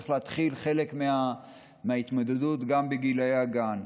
צריך להתחיל חלק מההתמודדות גם בגיל הגן.